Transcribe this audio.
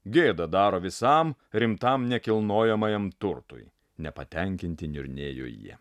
gėdą daro visam rimtam nekilnojamajam turtui nepatenkinti niurnėjo jie